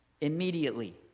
immediately